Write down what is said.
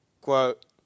quote